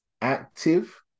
active